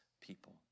people